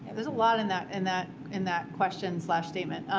there's a lot in that in that in that questions slash statement.